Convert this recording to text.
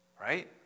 Right